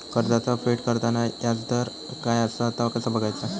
कर्जाचा फेड करताना याजदर काय असा ता कसा बगायचा?